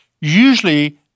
Usually